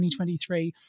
2023